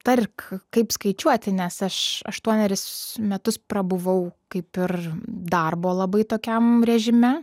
tark kaip skaičiuoti nes aš aštuonerius metus prabuvau kaip ir darbo labai tokiam režime